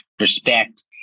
respect